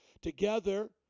Together